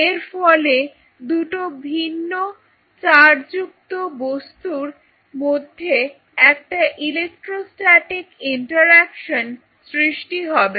এর ফলে দুটো ভিন্ন চার্জ যুক্ত বস্তুর মধ্যে একটা ইলেকট্রোস্ট্যাটিক ইন্টারঅ্যাকশন সৃষ্টি হবে